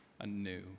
anew